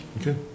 Okay